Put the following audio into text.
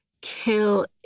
kill